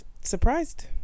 surprised